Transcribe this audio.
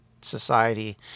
society